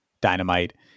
dynamite